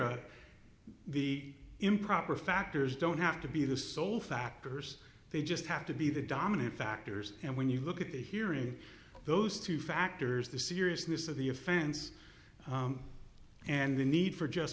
be improper factors don't have to be the sole factors they just have to be the dominant factors and when you look at the hearing those two factors the seriousness of the offense and the need for just